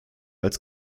als